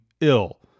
ill